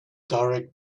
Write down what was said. direct